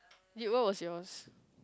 dude what was yours